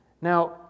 Now